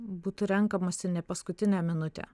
būtų renkamasi ne paskutinę minutę